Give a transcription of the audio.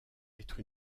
être